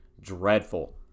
dreadful